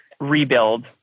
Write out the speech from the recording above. rebuild